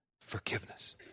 forgiveness